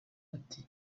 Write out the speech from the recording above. ati